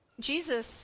Jesus